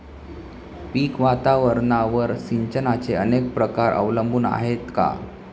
पीक वातावरणावर सिंचनाचे अनेक प्रकार अवलंबून आहेत का?